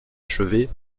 achevé